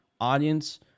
audience